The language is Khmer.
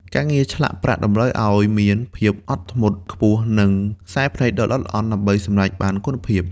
ការងារឆ្លាក់ប្រាក់តម្រូវឱ្យមាន ភាពអត់ធ្មត់ ខ្ពស់ និងខ្សែភ្នែកដ៏ល្អិតល្អន់ដើម្បីសម្រេចបានគុណភាព។